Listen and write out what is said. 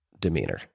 demeanor